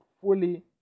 fully